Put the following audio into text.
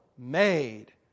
made